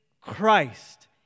Christ